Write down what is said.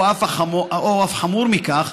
או אף חמור מכך,